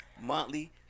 monthly